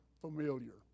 familiar